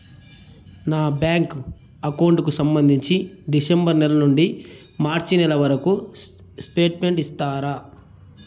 నా bank account కు సంబంధించి డిసెంబరు నెల నుండి మార్చి నెలవరకు స్టేట్మెంట్ ఇస్తారా?